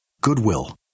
Goodwill